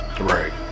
Right